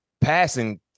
passing